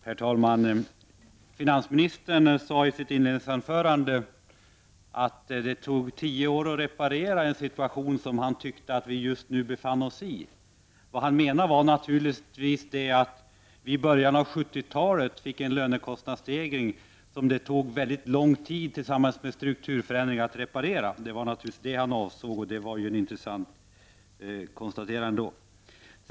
Herr talman! Finansministern sade i sitt inledningsanförande att det tog tio år att reparera en situation som den han tyckte att vi just nu befann oss i. Vad han avsåg var naturligtvis att vi i början av 70-talet fick en lönekostnadsstegring, tillsammans med strukturförändringar, som det tog mycket lång tid att reparera. Det var ett intressant konstaterande.